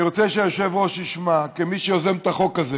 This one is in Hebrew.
אני רוצה שהיושב-ראש ישמע, כמי שיוזם את החוק הזה,